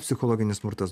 psichologinis smurtas